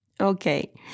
Okay